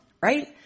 right